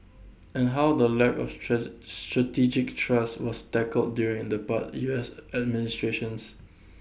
and how the lack of strategic trust was tackled during the past U S administrations